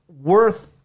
worth